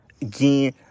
Again